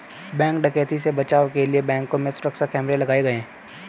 bank डकैती से बचाव के लिए बैंकों में सुरक्षा कैमरे लगाये गये